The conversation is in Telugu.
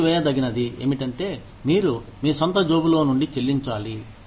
తీసివేయదగినది ఏమిటంటే మీరు మీ సొంత జోబులో నుండి చెల్లించాలి